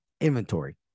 Inventory